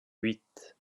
huit